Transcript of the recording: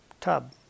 tub